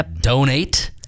donate